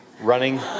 running